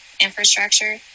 infrastructure